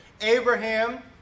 Abraham